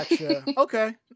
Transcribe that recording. okay